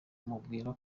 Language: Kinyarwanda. mubwira